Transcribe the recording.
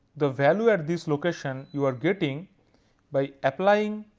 the value at this location you are getting by applying